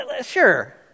sure